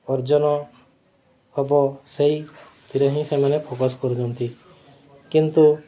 ଅର୍ଜନ ହେବ ସେଇଥିରେ ହିଁ ସେମାନେ ଫୋକସ୍ କରୁଛନ୍ତି କିନ୍ତୁ